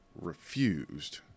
refused